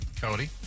Cody